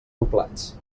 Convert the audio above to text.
doblats